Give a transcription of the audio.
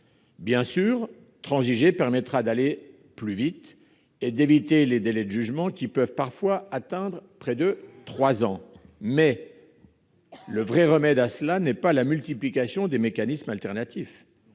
Bien sûr, transiger permettra d'aller plus vite et de réduire des délais de jugement qui peuvent parfois atteindre près de trois ans aujourd'hui. Mais le vrai remède n'est pas de multiplier les mécanismes alternatifs